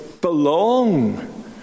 belong